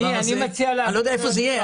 אני לא יודע היכן זה יהיה.